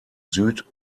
süd